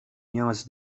نیاز